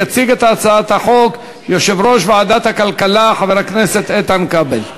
יציג את הצעת החוק יושב-ראש ועדת הכלכלה חבר הכנסת איתן כבל.